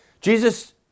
Jesus